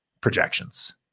projections